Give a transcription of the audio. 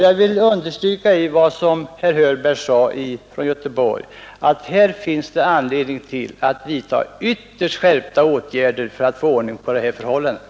Jag vill liksom herr Hörberg understryka att det finns anledning att vidtaga ytterst skärpta åtgärder för att komma till rätta med förhållandet.